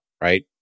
right